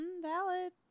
valid